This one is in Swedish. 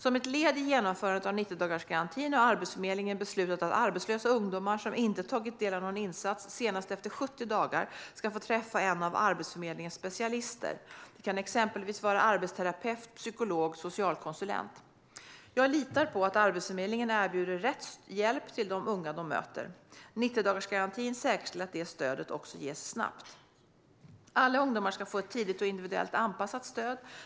Som ett led i genomförandet av 90-dagarsgarantin har Arbetsförmedlingen beslutat att arbetslösa ungdomar som inte tagit del av någon insats senast efter 70 dagar ska få träffa en av Arbetsförmedlingens specialister. Det kan exempelvis vara en arbetsterapeut, en psykolog eller en socialkonsulent. Jag litar på att Arbetsförmedlingen erbjuder rätt hjälp till de unga som de möter. 90-dagarsgarantin säkerställer att detta stöd också ges snabbt. Alla ungdomar ska få ett tidigt och individuellt anpassat stöd.